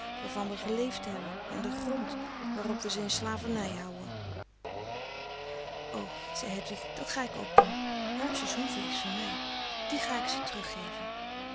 waarvan we geleefd hebben en der grond waarop we ze in slavernij houë o zei hedwig dat ga ik ook doen harmsen's hoeve is van mij die ga ik ze